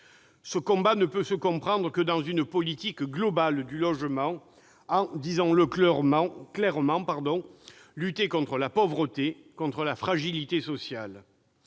Ce combat ne peut se concevoir que dans une politique globale du logement et, disons-le clairement, de lutte contre la pauvreté et la fragilité sociale.